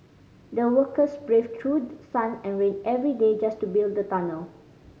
the workers braved through sun and rain every day just to build the tunnel